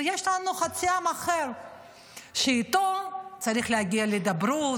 ויש לנו חצי עם אחר שאיתו צריך להגיע להידברות,